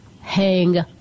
Hang